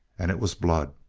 and it was blood.